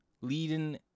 Leading